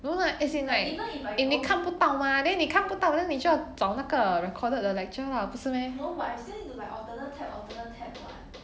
no lah as in like 你看不到 mah then 你看不到 then 你就要找那个 recorded 的 lecture lah 不是 meh